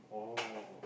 oh